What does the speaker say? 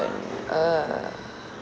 uh